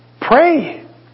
pray